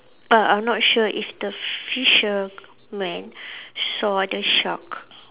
but I'm not sure if the fishermen saw the shark